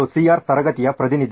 R ತರಗತಿಯ ಪ್ರತಿನಿಧಿ